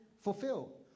fulfill